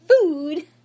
food